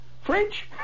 French